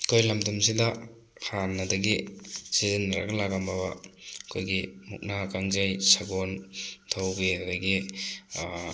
ꯑꯩꯈꯣꯏ ꯂꯝꯗꯝꯁꯤꯗ ꯍꯥꯟꯅꯗꯒꯤ ꯁꯤꯖꯤꯟꯅꯒ ꯂꯥꯛꯑꯝꯃꯕ ꯑꯩꯈꯣꯏꯒꯤ ꯃꯨꯛꯅꯥ ꯀꯥꯡꯖꯩ ꯁꯒꯣꯜ ꯊꯧꯕꯤ ꯑꯗꯨꯗꯒꯤ